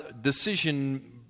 decision